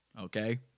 okay